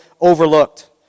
overlooked